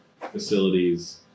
facilities